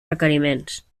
requeriments